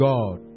God